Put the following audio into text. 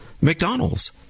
McDonald's